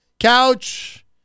Couch